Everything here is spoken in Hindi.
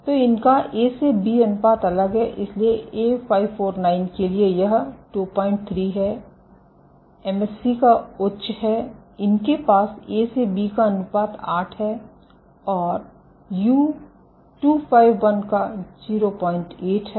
तो इनका A से B अनुपात अलग है इसलिए A549 के लिए यह 23 है एमएससी का उच्च है इनके पास A से B का अनुपात 8 है और U251 का 08 है